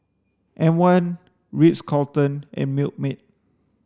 M one Ritz Carlton and Milkmaid